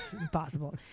impossible